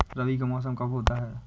रबी का मौसम कब होता हैं?